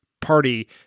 Party